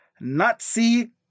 Nazi